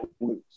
lose